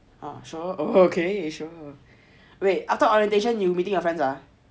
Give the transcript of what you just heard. err sure okay you sure wait after orientation you meeting your friends ah